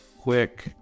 quick